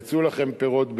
יצאו לכם פירות באושים,